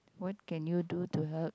what can you do to help